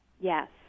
yes